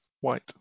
white